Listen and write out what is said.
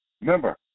Remember